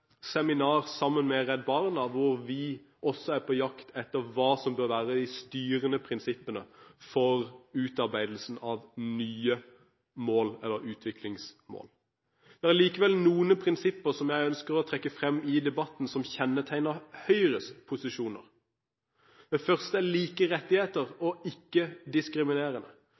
hvor vi også var på jakt etter hva som burde være de styrende prinsippene for utarbeidelsen av nye utviklingsmål. Det er likevel noen prinsipper som jeg ønsker å trekke frem i debatten, som kjennetegner Høyres posisjoner. Det første er like rettigheter og ikke-diskriminering. Funksjonshemmede må ikke